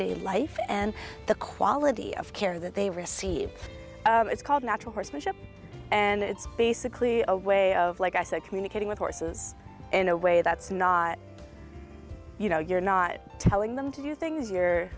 day life and the quality of care that they receive it's called natural horsemanship and it's basically a way of like i said communicating with horses in a way that's not you know you're not telling them to do things you're